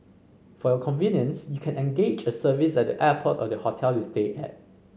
for your convenience you can engage a service at the airport or the hotel you stay at